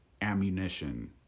ammunition